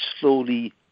slowly